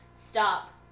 stop